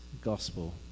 gospel